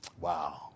wow